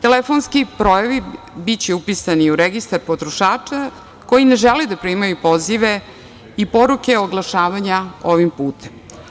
Telefonski brojevi biće upisani u registar potrošača koji ne žele da primaju pozive i poruke oglašavanja ovim putem.